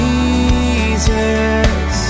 Jesus